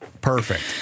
perfect